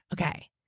okay